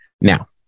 Now